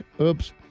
Oops